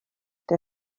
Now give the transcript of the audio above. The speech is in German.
der